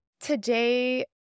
today